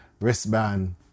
wristband